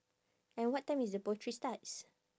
and what time is the poetry starts